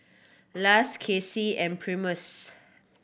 Lars Kacy and Primus